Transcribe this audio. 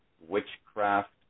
witchcraft